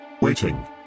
Waiting